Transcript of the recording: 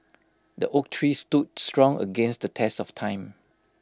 the oak tree stood strong against the test of time